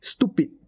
Stupid